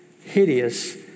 hideous